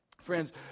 Friends